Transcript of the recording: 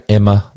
Emma